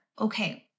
okay